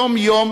יום-יום